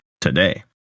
today